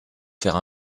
faire